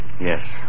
Yes